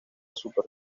super